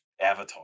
avatar